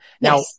Now